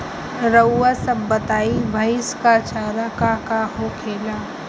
रउआ सभ बताई भईस क चारा का का होखेला?